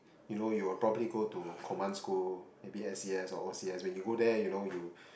you know you're probably go to command school maybe S_C_S or O_C_S when you go there you know you